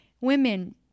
women